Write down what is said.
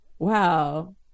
Wow